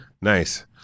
Nice